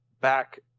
back